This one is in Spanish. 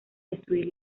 destruir